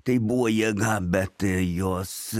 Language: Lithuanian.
tai buvo jėga bet jos